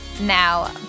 Now